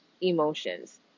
emotions